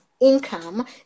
income